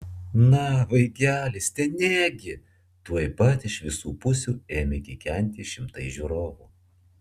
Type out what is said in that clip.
na vaikeli stenėk gi tuoj pat iš visų pusių ėmė kikenti šimtai žiūrovų